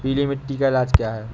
पीली मिट्टी का इलाज क्या है?